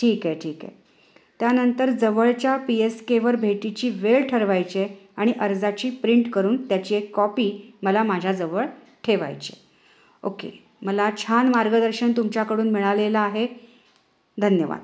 ठीक आहे ठीक आहे त्यानंतर जवळच्या पी एस केवर भेटीची वेळ ठरवायची आहे आणि अर्जाची प्रिंट करून त्याची एक कॉपी मला माझ्याजवळ ठेवायची आहे ओके मला छान मार्गदर्शन तुमच्याकडून मिळालेलं आहे धन्यवाद